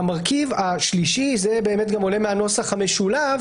המרכיב השלישי שעולה מהנוסח המשולב